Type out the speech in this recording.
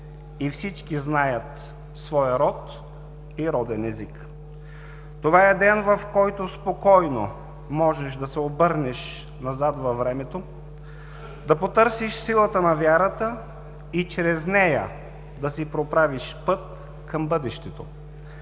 и всички знаят своя род и роден език. Това е ден, в който спокойно можеш да се обърнеш назад във времето, да потърсиш силата на вярата и чрез нея да си проправиш път към бъдещето,